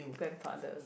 grandfather